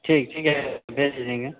ठीक ठीक है भेज देंगे